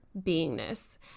beingness